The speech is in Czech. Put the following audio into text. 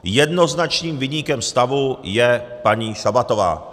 Jednoznačným viníkem stavu je paní Šabatová.